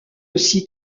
aussi